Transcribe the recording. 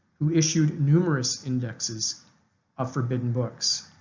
who issued numerous indexes of forbidden books.